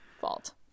fault